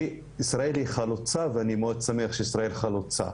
ישראל היא חלוצה, ואני מאוד שמח שישראל חלוצה.